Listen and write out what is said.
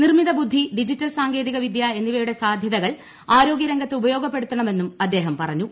നിർമ്മിത ബുദ്ധി ഡിജിറ്റൽ സാങ്കേതികവിദൃ എന്നിവയുടെ സാധൃതകൾ ആരോഗ്യരംഗത്ത് ഉപയോഗപ്പെടുത്തണമെന്നും അദ്ദേഹം പറഞ്ഞു